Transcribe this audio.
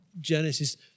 Genesis